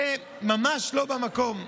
הוא ממש לא במקום.